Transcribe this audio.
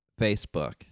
Facebook